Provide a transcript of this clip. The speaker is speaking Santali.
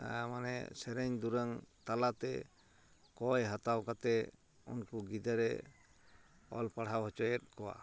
ᱢᱟᱱᱮ ᱥᱮᱨᱮᱧ ᱫᱩᱨᱟᱹᱝ ᱛᱟᱞᱟᱛᱮ ᱠᱚᱭ ᱦᱟᱛᱟᱣ ᱠᱟᱛᱮᱫ ᱩᱱᱠᱩ ᱜᱤᱫᱽᱨᱟᱹᱨᱮ ᱚᱞ ᱯᱟᱲᱦᱟᱣ ᱦᱚᱪᱚᱭᱮᱫ ᱠᱚᱣᱟ